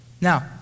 now